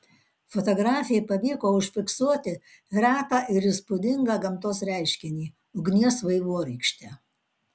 fotografei pavyko užfiksuoti retą ir įspūdingą gamtos reiškinį ugnies vaivorykštę